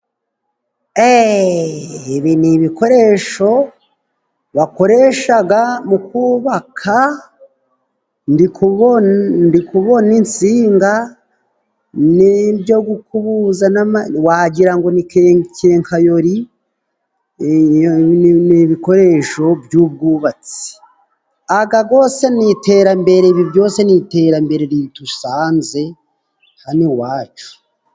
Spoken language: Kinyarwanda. Eee! Ibi ni ibikoresho bakoresha mu kubaka. Ndi kubona insinga n'ibyo gukubuza n'ama... Wagira ni kenkayori. Ni ibikoresho by'ubwubatsi. Ibi byose ni iterambere ridusanze hano iwacu.